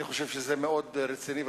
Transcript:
אני חושב שזה מאוד רציני,